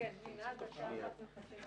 ננעלה בשעה